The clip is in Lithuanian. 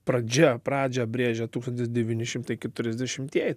pradžia pradžią brėžia tūkstantis devyni šimtai keturiasdešimtieji